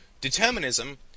Determinism